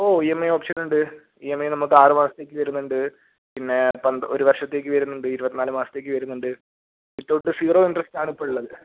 oh E M I ഓപ്ഷനുണ്ട് E M I നമുക്ക് ആറ് മാസത്തേക്ക് വരുന്നുണ്ട് പിന്നെ പന്ത് ഒരു വർഷത്തേക്ക് വരുന്നുണ്ട് ഇരുപത്തിനാല് മാസത്തേക്ക് വരുന്നുണ്ട് വിത്തൗട്ട് സീറോ ഇന്ററെസ്റ്റാണ് ഇപ്പം ഉള്ളത്